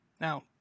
now